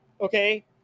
Okay